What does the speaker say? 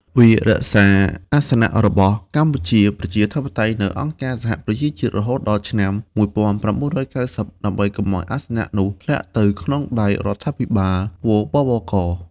វារក្សាអាសនៈរបស់ កម្ពុជាប្រជាធិបតេយ្យ នៅអង្គការសហប្រជាជាតិ រហូតដល់ឆ្នាំ ១៩៩០ ដើម្បីកុំឱ្យអាសនៈនោះធ្លាក់ទៅក្នុងដៃរដ្ឋាភិបាល រ.ប.ប.ក.។